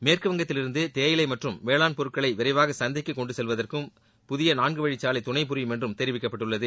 மேற்கு வங்கத்தில் இருந்து தேயிலை மற்றும் வேளாண் பொருட்களை விரைவாக சந்தைக்கு கொண்டு செல்வதற்கு புதிய நான்கு வழிச்சாலை துணைபுரியும் என்றும் தெரிவிக்கப்பட்டுள்ளது